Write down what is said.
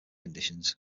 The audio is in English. conditions